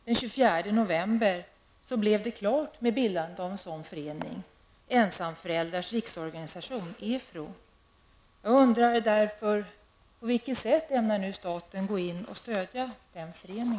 Den 24 november blev det klart med bildandet av en sådan förening, Ensamföräldrars riksorganisation,